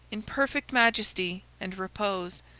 in perfect majesty and repose,